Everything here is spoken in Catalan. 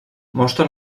mostra